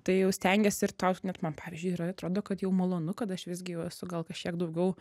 tai jau stengiesi ir tau net man pavyzdžiui ir atrodo kad jau malonu kad aš visgi jau esu gal kažkiek daugiau